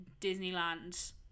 Disneyland